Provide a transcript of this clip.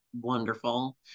wonderful